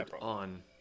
on